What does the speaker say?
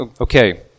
okay